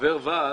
כחבר ועד,